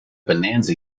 bonanza